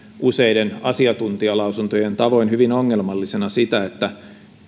useiden asiantuntijalausuntojen tavoin hyvin ongelmallisena sitä että